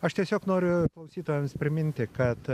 aš tiesiog noriu klausytojams priminti kad